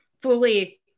fully